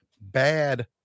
bad